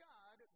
God